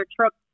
trucks